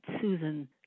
Susan